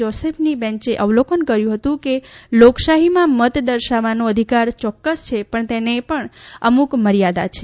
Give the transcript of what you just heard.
જોસેફની બેન્ચે અવલોકન કર્યું હતું કે લોકશાહીમાં મત દર્શાવાનો અધિકાર ચોક્કસ છે પણ તેને પણ અમુક મર્યાદા છે